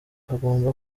bagomba